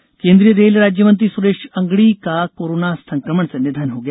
निधन केन्द्रीय रेल राज्यमंत्री सुरेश अंगड़ी का कोरोना संक्रमण से निधन हो गया